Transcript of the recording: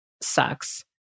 sucks